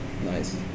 Nice